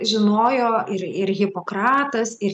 žinojo ir ir hipokratas ir